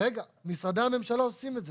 משרדי הממשלה עושים את זה.